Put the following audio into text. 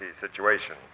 situation